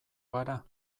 gara